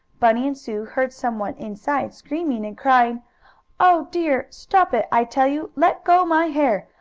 bunny and sue heard some one inside screaming and crying oh dear! stop it i tell you! let go my hair!